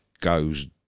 goes